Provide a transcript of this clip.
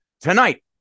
Tonight